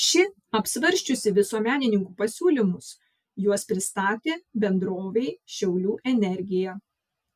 ši apsvarsčiusi visuomenininkų pasiūlymus juos pristatė bendrovei šiaulių energija